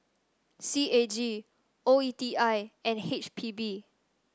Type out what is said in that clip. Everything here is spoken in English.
C A G O E T I and H P B